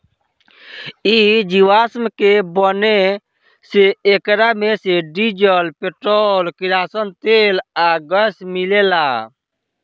इ जीवाश्म के बने से एकरा मे से डीजल, पेट्रोल, किरासन तेल आ गैस मिलेला